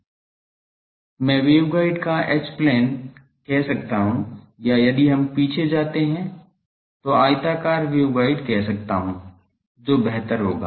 मैं वेवगाइड का H plane कह सकता हूं या यदि हम पीछे जाते हैं तो आयताकार वेवगाइड कह सकता हूं जो बेहतर होगा